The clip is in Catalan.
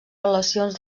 relacions